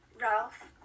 Ralph